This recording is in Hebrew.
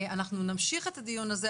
אנחנו נמשיך את הדיון הזה,